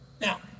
Now